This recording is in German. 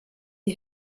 die